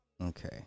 Okay